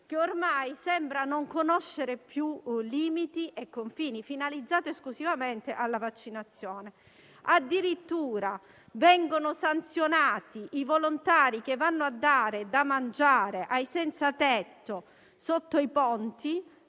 che ormai sembra non conoscere più limiti né confini, finalizzato esclusivamente alla vaccinazione. Addirittura vengono sanzionati i volontari che vanno a dare da mangiare ai senzatetto sotto i ponti,